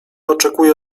oczekuje